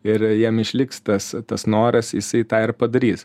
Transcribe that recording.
ir jam išliks tas tas noras jisai tą ir padarys